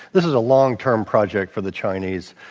this is a long-term project for the chinese,